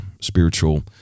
spiritual